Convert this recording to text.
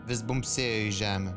vis bumbsėjo į žemę